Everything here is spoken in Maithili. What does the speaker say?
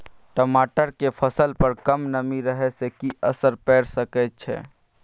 टमाटर के फसल पर कम नमी रहै से कि असर पैर सके छै?